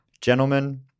Gentlemen